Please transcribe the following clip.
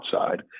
outside